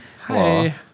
Hi